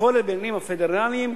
בכל הבניינים הפדרליים,